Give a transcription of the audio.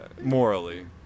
morally